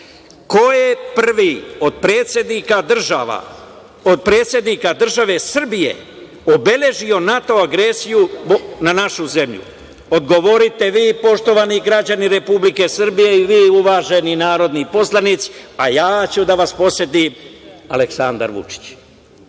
ko je prvi od predsednika države Srbije obeležio NATO agresiju na našu zemlju? Odgovorite vi, poštovani građani Republike Srbije i vi, uvaženi narodni poslanici, a ja ću da vas podsetim - Aleksandar Vučić.